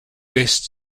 best